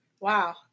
Wow